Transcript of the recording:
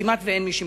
כמעט אין מי שמתנגד.